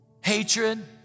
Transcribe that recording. hatred